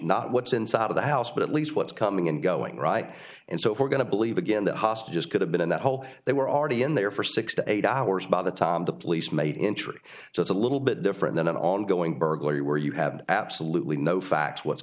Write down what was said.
not what's inside of the house but at least what's coming and going right and so if we're going to believe again that hostages could have been in that hole they were already in there for six to eight hours by the time the police made intrigue so it's a little bit different than an ongoing burglary where you have absolutely no facts what's